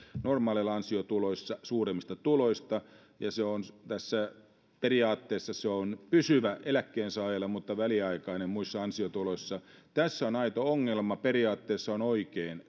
normaaleja ansiotuloja suuremmista tuloista ja se on tässä periaatteessa pysyvä eläkkeensaajalle mutta väliaikainen muissa ansiotuloissa tässä on aito ongelma periaatteessa se lähestymistapa on oikein